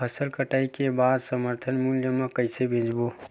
फसल कटाई के बाद समर्थन मूल्य मा कइसे बेचबो?